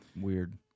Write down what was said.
Weird